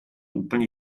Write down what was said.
úplně